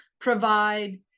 provide